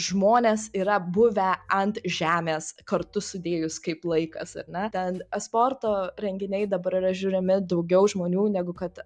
žmonės yra buvę ant žemės kartu sudėjus kaip laikas ar ne ten esporto renginiai dabar yra žiūrimi daugiau žmonių negu kad